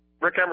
Rick